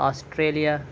Australia